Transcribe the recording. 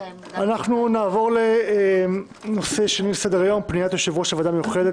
אנחנו נעבור לנושא השני בסדר היום: פניית יושב-ראש הוועדה המיוחדת